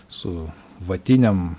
su vatinėm